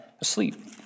asleep